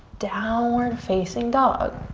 downward facing dog.